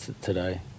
today